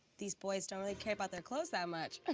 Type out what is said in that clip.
these boys don't really care about their clothes that much. ah